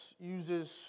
uses